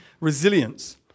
resilience